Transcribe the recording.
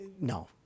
No